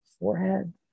Forehead